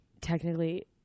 technically